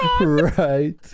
Right